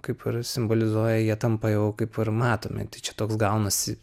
kaip ir simbolizuoja jie tampa jau kaip ir matomi čia toks gaunasi